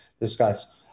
discuss